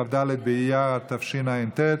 כ"ד באייר התשע"ט,